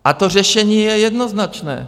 A to řešení je jednoznačné.